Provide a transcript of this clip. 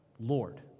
Lord